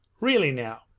really now!